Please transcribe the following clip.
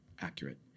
accurate